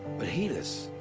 but helis.